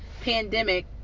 pandemic